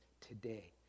today